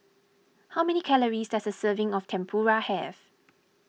how many calories does a serving of Tempura have